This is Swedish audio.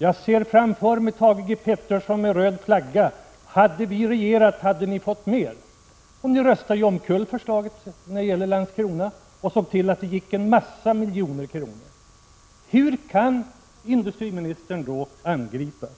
Jag ser framför mig Thage G. Peterson med röd flagga: ”Hade vi regerat hade ni fått mer.” Men ni röstade omkull förslaget i fråga om Landskronavarvet och såg till att det gick åt en massa miljoner kronor. Hur kan industriministern då angripa oss?